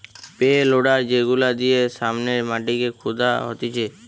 pay loader যেগুলা দিয়ে সামনের মাটিকে খুদা হতিছে